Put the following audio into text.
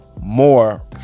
more